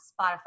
Spotify